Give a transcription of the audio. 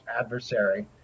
adversary